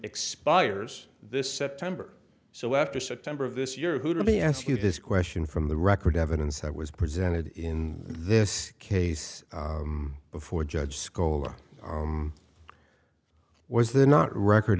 expires this september so after september of this year who to me ask you this question from the record evidence that was presented in this case before judge scola was there not record